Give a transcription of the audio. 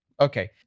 Okay